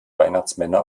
weihnachtsmänner